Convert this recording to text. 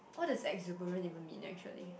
what does exuberant even mean actually